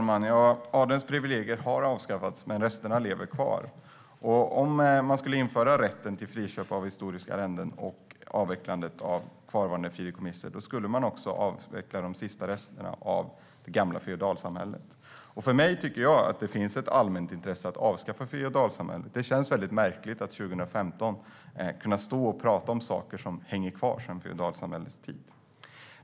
Herr talman! Adelns privilegier har avskaffats, men resterna lever kvar. Om man skulle införa en rätt till friköp av historiska arrenden och avveckla kvarvarande fideikommiss skulle man också avveckla de sista resterna av det gamla feodalsamhället. Jag tycker att det finns ett allmänt intresse av att avskaffa feodalsamhället. Det känns väldigt märkligt att man 2015 kan stå och prata om saker som hänger kvar sedan feodalsamhällets tid.